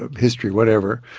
ah history whatever,